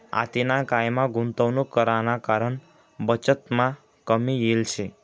आतेना कायमा गुंतवणूक कराना कारण बचतमा कमी येल शे